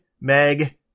Meg